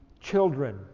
children